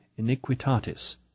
iniquitatis